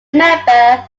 member